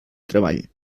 treball